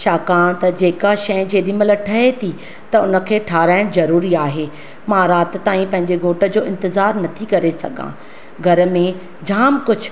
छाकाणि त जेका शइ जेॾी महिल ठहे थी त हुनखे ठाहिराइण ज़रूरी आहे मां राति ताईं पंहिंजे घोट जो इंतज़ार न थी करे सघां घर में जाम कुझु